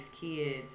kids